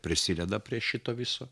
prisideda prie šito viso